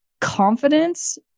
confidence